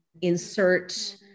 insert